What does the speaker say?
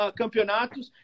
campeonatos